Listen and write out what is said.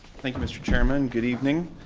thank you, mr. chairman. good evening.